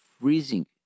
freezing